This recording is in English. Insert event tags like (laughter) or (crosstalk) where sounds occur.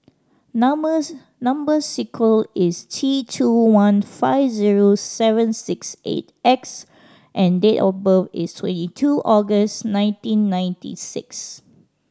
numbers number (unintelligible) is T two one five zero seven six eight X and date of birth is twenty two August nineteen ninety six